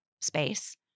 Space